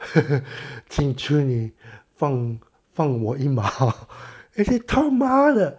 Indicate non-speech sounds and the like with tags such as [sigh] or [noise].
[laughs] 请求你放放我一马 hor actually 他妈的